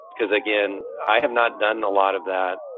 because again, i have not done a lot of that.